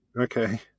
Okay